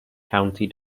county